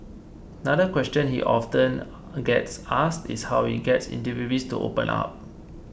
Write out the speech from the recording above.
another question he often gets asked is how he gets interviewees to open up